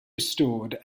restored